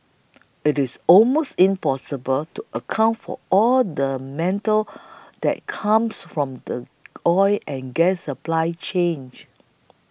it's almost impossible to account for all the mental that comes from the oil and gas supply change